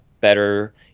better